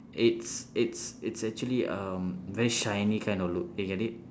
it's it's it's actually um very shiny kind of look you get it